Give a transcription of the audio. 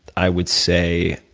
i would say,